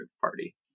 Party